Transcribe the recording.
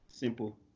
simple